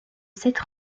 cette